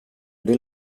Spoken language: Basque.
ere